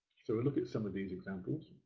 so we'll look at some of these examples.